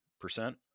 percent